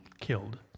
killed